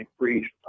increased